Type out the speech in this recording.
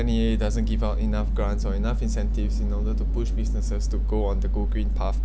N_E_A doesn't give out enough grants or enough incentives in order to push businesses to go on the go green path